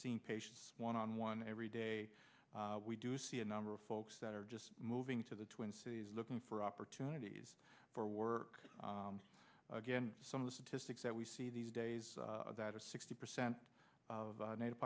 seeing patients one on one every day we do see a number of folks that are just moving to the twin cities looking for opportunities for work again some of the statistics that we see these days that are sixty percent of native